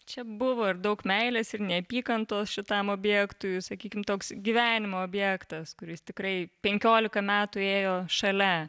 čia buvo ir daug meilės ir neapykantos šitam objektui sakykim toks gyvenimo objektas kuris tikrai penkiolika metų ėjo šalia